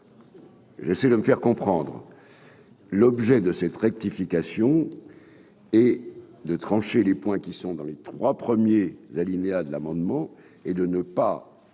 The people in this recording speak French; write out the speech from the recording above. J'essaie de me faire comprendre l'objet de cette rectification et de trancher les points qui sont dans les trois premiers alinéas de l'amendement et de ne pas